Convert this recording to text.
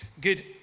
Good